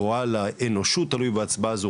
גורל האנושות תלוי בהצבעה הזו.